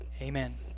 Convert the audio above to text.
Amen